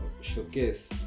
showcase